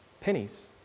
pennies